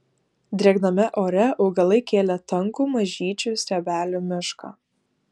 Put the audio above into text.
drėgname ore augalai kėlė tankų mažyčių stiebelių mišką